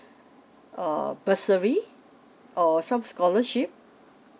err okay bursary or some scholarship